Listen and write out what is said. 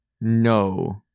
No